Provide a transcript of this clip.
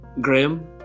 Graham